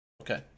Okay